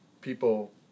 people